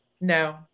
No